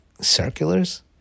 circulars